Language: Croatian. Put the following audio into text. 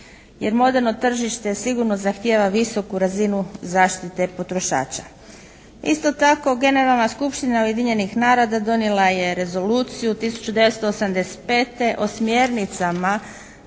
jer moderno tržište sigurno zahtijeva visoku razinu zaštite potrošača. Isto tako Generalna skupština Ujedinjenih naroda donijela je rezoluciju 1985. o smjernicama